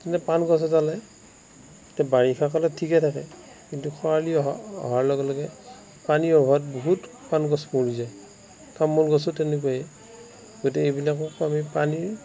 যেনে পাণ গছ এডালে এতিয়া বাৰিষা কালত ঠিকে থাকে কিন্তু খৰালি অহা অহাৰ লগে লগে পানীৰ অভাৱত বহুত পাণ গছ মৰি যায় তামুল গছো তেনেকুৱাই গতিকে এইবিলাকো অমি পানী